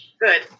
Good